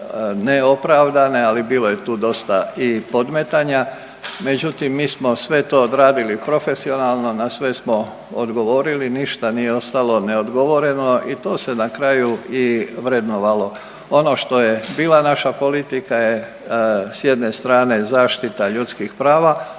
neopravdane ali bilo je tu dosta i podmetanja. Međutim, mi smo sve to odradili profesionalno, na sve smo odgovorili, ništa nije ostalo neodgovoreno i to se na kraju i vrednovalo. Ono što je bila naša politika je s jedne strane zaštita ljudskih prava,